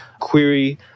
query